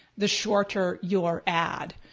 the shorter your ad.